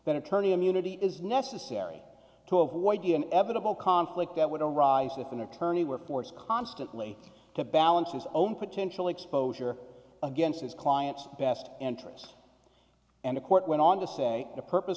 that attorney immunity is necessary to avoid even evitable conflict that would arise if an attorney were forced constantly to balance his own potential exposure against his client's best interests and the court went on to say the purpose